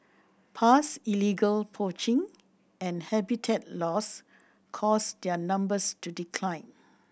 past illegal poaching and habitat loss caused their numbers to decline